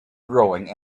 growing